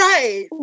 Right